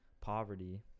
poverty